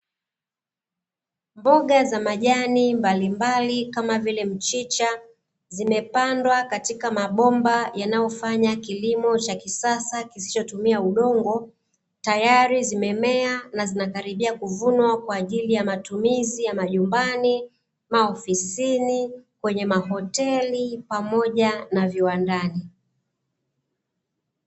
Mboga za majani mbalimbali kama vile mchicha, zimepandwa katika mabomba yanyofanya kilimo cha kisasa kisichotumia udongo, tayari zimemea na zinakaribia kuvunwa kwa ajili ya matumizi ya majumbani, maofisini, kwenye mahotelini pamoja na viwandani.